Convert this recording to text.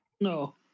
No